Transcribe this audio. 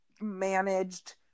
managed